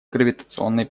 гравитационной